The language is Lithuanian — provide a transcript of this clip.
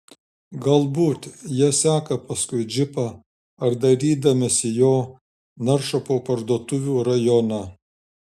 galbūt jie seka paskui džipą ar dairydamiesi jo naršo po parduotuvių rajoną